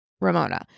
Ramona